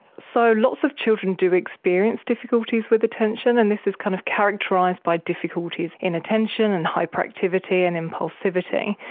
so lots of children do experience difficulties with attention, and this is kind of characterised by difficulties in attention and hyperactivity and impulsivity,